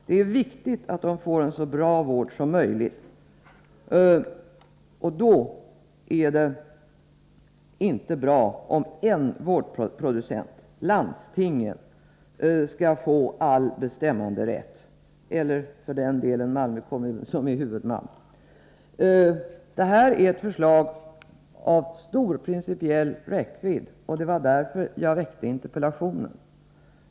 Det är viktigt att de får en så bra vård som möjligt, och då är det inte bra att en vårdproducent — landstingen, eller för den delen Malmö kommun, som är huvudman -— får all bestämmanderätt. Detta är ett förslag av stor principiell räckvidd, och det var därför jag framställde interpellationen.